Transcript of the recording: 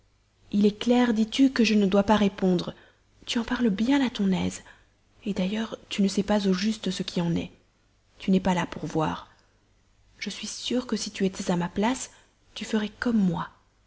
il est clair dis-tu que je ne dois pas répondre tu en parles bien à ton aise d'ailleurs tu ne sais pas au juste ce qui en est tu n'es pas là pour voir je suis sûre que si tu étais à ma place tu ferais comme moi